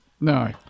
No